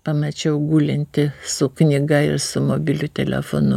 pamačiau gulintį su knyga ir su mobiliu telefonu